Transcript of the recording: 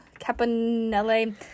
caponelle